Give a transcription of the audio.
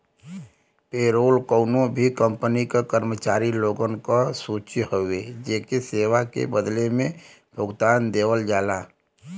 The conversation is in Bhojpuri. पेरोल कउनो भी कंपनी क कर्मचारी लोगन क सूची हउवे जेके सेवा के बदले में भुगतान देवल जाला